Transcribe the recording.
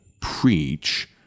preach